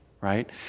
right